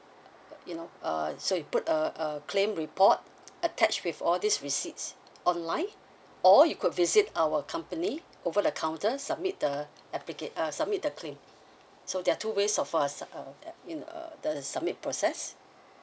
you know uh so you put a a claim report attached with all these receipts online or you could visit our company over the counter submit the applica~ uh submit the claim so there are two ways of us uh you know the submit process